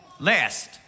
Last